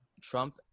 Trump